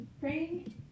Praying